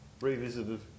revisited